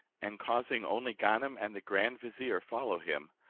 and causing only ganem and the grand vizier, follow him,